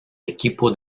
equipo